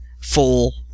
full